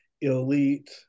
elite